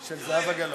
של זהבה גלאון.